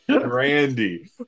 Randy